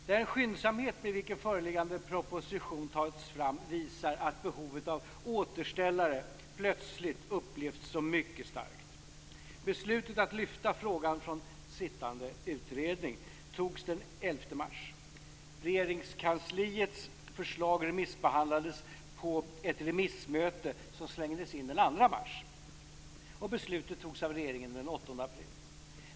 Den skyndsamhet med vilken föreliggande proposition tagits fram visar att behovet av återställare plötsligt upplevts som mycket starkt. Beslutet att lyfta frågan från sittande utredning togs den 11 mars. Regeringskansliets förslag remissbehandlades på ett remissmöte som slängdes in den 2 mars. Beslutet togs av regeringen den 8 april.